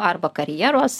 arba karjeros